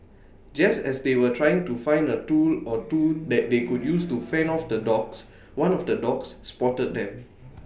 just as they were trying to find A tool or two that they could use to fend off the dogs one of the dogs spotted them